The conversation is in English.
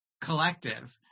collective